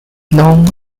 known